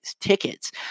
tickets